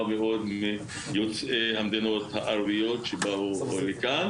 מאוד מיוצאי המדינות הערביות שבאו לכאן,